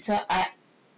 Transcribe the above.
okay okay so I